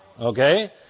Okay